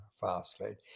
phosphate